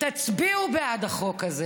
תצביעו בעד החוק הזה